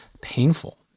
painful